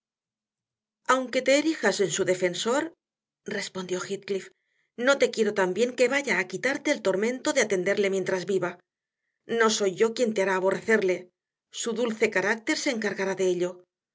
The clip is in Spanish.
aunque te erijas en su defensor respondió heathcliffno te quiero tan bien que vaya a quitarte el tormento de atenderle mientras viva no soy yo quien te hará aborrecerle su dulce carácter se encargará de ello